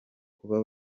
kuba